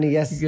Yes